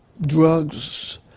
drugs